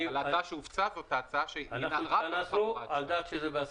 ההצעה שהופצה זו ההצעה שעניינה רק נוסח אחד.